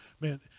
Man